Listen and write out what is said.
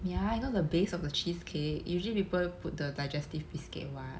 ya you know the base of the cheesecake usually people put the digestive biscuit what